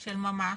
של ממש,